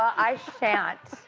i shan't.